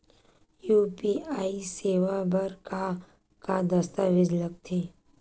UPI सेवा बर का का दस्तावेज लगथे?